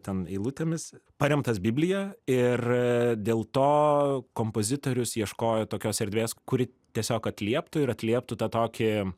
ten eilutėmis paremtas biblija ir dėl to kompozitorius ieškojo tokios erdvės kuri tiesiog atlieptų ir atlieptų tą tokį